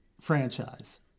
franchise